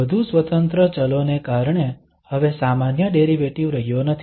વધુ સ્વતંત્ર ચલો ને કારણે હવે સામાન્ય ડેરિવેટિવ રહ્યો નથી